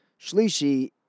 Shlishi